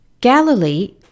Galilee